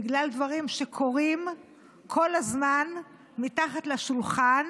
בגלל דברים שקורים כל הזמן מתחת לשולחן,